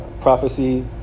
prophecy